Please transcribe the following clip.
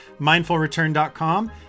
mindfulreturn.com